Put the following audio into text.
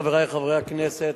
חברי חברי הכנסת,